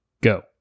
go